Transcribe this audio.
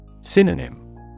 Synonym